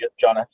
John